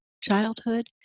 childhood